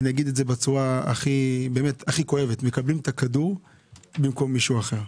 אומר את זה בצורה הכי כואבת - אתם מקבלים את הכדור במקום מישהו אחר,